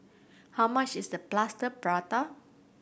how much is the Plaster Prata